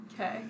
Okay